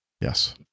Yes